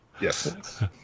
Yes